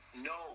No